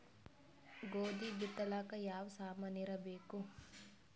ಗೋಧಿ ಬಿತ್ತಲಾಕ ಯಾವ ಸಾಮಾನಿರಬೇಕು?